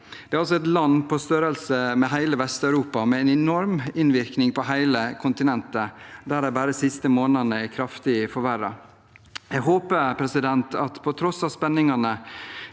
altså et land på størrelse med hele Vest-Europa og med en enorm innvirkning på hele kontinentet, der det bare de siste månedene er blitt kraftig forverret. Jeg håper at vi på tross av spenningene